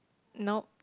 nope